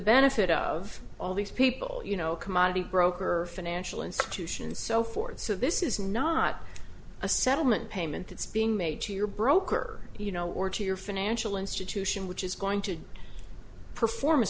benefit of all these people you know a commodity broker or financial institutions so forth so this is not a settlement payment it's being made to your broker you know or to your financial institution which is going to perform a